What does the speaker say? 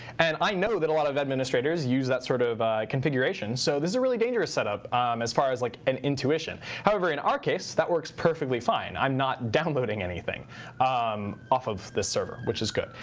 and i know that a lot of administrators use that sort of configuration. so this is a really dangerous setup as far as like an intuition. however, in our case, that works perfectly fine. i'm not downloading anything um off of this server, which is good.